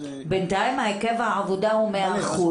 בינתיים היקף העבודה הוא 100%,